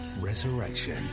Resurrection